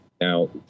Now